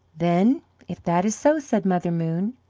then if that is so, said mother moon,